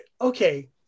Okay